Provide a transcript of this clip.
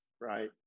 right